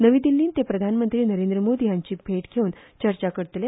नवी दिल्लींत ते प्रधानमंत्री नरेंद्र मोदी हांची भेट घेवन चर्चा करतले